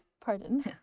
Pardon